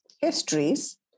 histories